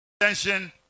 attention